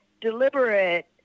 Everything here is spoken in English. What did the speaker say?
deliberate